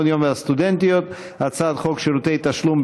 והסטודנטיות) והצעת חוק שירותי תשלום,